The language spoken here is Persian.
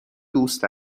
دوست